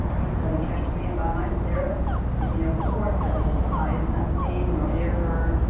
he started catching me up by my spirit and you know what the word says i has not seen, nor ear heard,